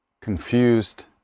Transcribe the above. confused